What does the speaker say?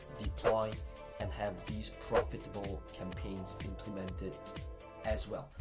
deploy and have these profitable campaigns implemented as well.